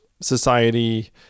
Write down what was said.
society